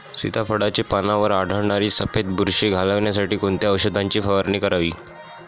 सीताफळाचे पानांवर आढळणारी सफेद बुरशी घालवण्यासाठी कोणत्या औषधांची फवारणी करावी?